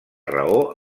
raó